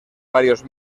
varios